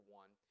one